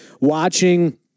watching